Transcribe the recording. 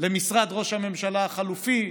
למשרד ראש הממשלה החלופי,